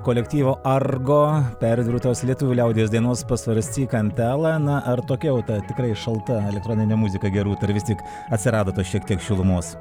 kolektyvo argo perdirbtos lietuvių liaudies dainos pasvarscyk antelia na ar tokia jau ta tikrai šalta elektroninė muzika gi rūta ar vis tik atsirado tos šiek tiek šilumos